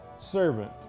servant